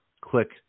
click